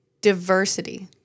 diversity